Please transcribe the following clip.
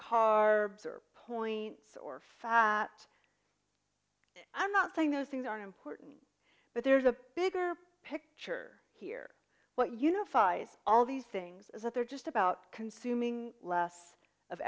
or points or fat i'm not saying those things are important but there's a bigger picture here what unifies all these things is that they're just about consuming less of